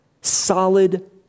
Solid